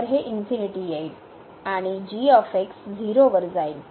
तर येईल आणि g 0 वर जाईल